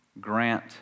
Grant